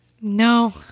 No